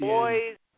boys